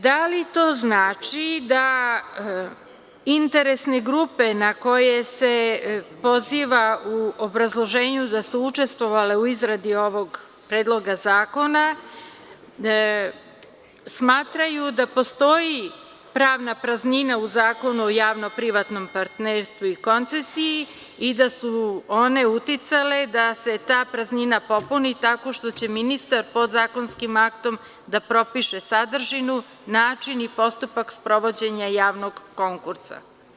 Da li to znači da interesne grupe, na koje se poziva u obrazloženju da su učestvovale u izradi ovog Predloga zakona, smatraju da postoji pravna praznina u Zakonu o javno privatnom partnerstvu i koncesiji i da su one uticale da se ta praznina popuni tako što će ministar podzakonskim aktom da propiše sadržinu, način i postupak sprovođenja javnog konkursa?